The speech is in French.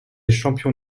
champion